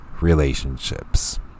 relationships